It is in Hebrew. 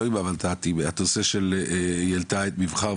עם הולת"ת - את הנושא שהיא העלתה של מבחר,